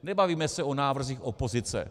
Nebavíme se o návrzích opozice.